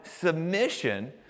submission